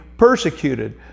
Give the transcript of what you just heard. persecuted